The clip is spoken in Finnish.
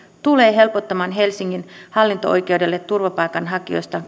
tulee helpottamaan helsingin hallinto oikeudelle turvapaikanhakijoista